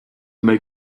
make